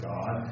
God